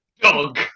Dog